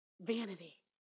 Vanity